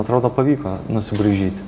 atrodo pavyko nusibraižyti